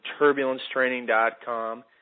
TurbulenceTraining.com